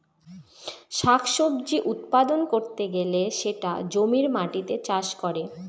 শাক সবজি উৎপাদন করতে গেলে সেটা জমির মাটিতে চাষ করে